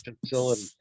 facility